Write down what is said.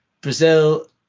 Brazil